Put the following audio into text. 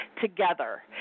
together